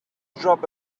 drop